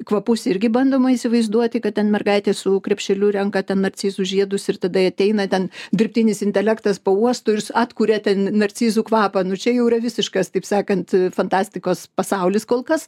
kvapus irgi bandoma įsivaizduoti kad ten mergaitė su krepšeliu renka ten narcizų žiedus ir tada ateina ten dirbtinis intelektas pauosto ir jis atkuria ten narcizų kvapą nu čia jau yra visiškas taip sakant fantastikos pasaulis kol kas